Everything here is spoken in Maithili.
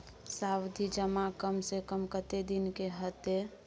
सावधि जमा कम से कम कत्ते दिन के हते?